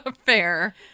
Fair